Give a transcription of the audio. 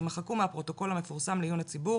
יימחקו מהפרוטוקול המפורסם לעיון הציבור